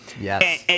Yes